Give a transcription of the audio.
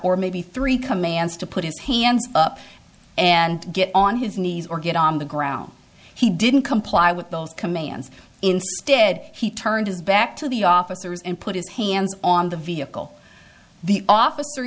or maybe three commands to put his hands up and get on his knees or get on the ground he didn't comply with those commands instead he turned his back to the officers and put his hands on the vehicle the officer